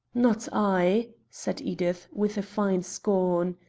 not i, said edith, with a fine scorn.